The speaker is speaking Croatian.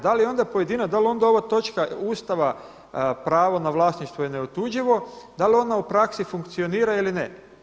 Da li onda pojedina, da li onda ova točka Ustava pravo na vlasništvo je neotuđivo, da li ona u praksi funkcionira ili ne?